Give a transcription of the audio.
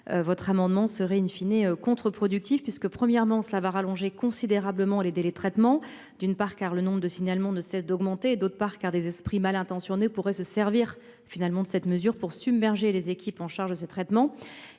Votre amendement serait in fine et contre-productif puisque premièrement cela va rallonger considérablement les délais de traitement d'une part, car le nombre de signalements ne cesse d'augmenter et d'autre part, car des esprits mal intentionnés pourraient se servir finalement de cette mesure pour submerger les équipes en charge ces traitements